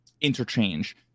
interchange